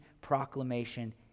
proclamation